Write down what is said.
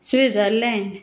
Switzerland